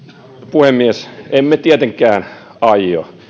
puhemies emme tietenkään aio